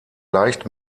leicht